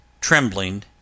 trembling